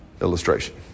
illustration